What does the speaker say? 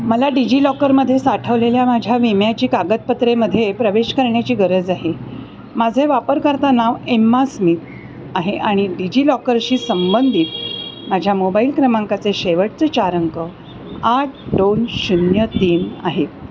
मला डिजिलॉकरमध्ये साठवलेल्या माझ्या विम्याची कागदपत्रेमध्ये प्रवेश करण्याची गरज आहे माझे वापरकर्ता नाव एम्मा स्मित आहे आणि डिजिलॉकरशी संबंधित माझ्या मोबाईल क्रमांकाचे शेवटचं चार अंक आठ दोन शून्य तीन आहेत